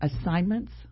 assignments